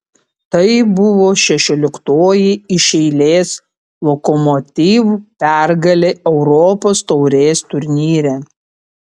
tai buvo šešioliktoji iš eilės lokomotiv pergalė europos taurės turnyre